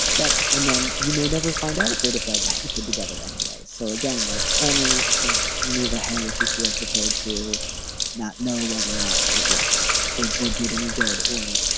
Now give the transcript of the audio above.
yep, and then you may never find out if they decide to have a kid together anyway. so again, like only i think, move ahead if you feel prepared to not know whether or not it worked or or did any good or,